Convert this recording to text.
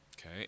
Okay